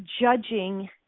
judging